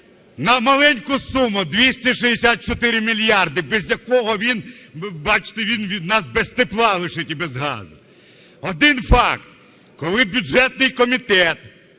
на маленьку суму - 264 мільярди, без якого він, бачте, він нас без тепла лишить і без газу. Один факт. Коли бюджетний комітет